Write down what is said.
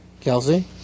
Kelsey